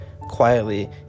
quietly